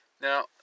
Now